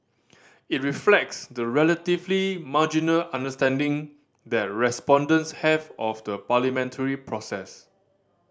it reflects the relatively marginal understanding that respondents have of the parliamentary process